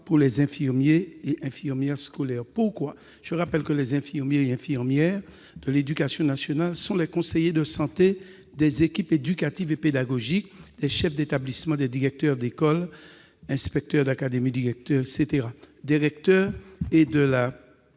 pour les infirmiers et infirmières scolaires. Pourquoi ? Je rappelle que les infirmiers et infirmières de l'éducation nationale sont les conseillers en santé des équipes éducatives et pédagogiques, des chefs d'établissement, des directeurs d'école, des inspecteurs d'académie-directeurs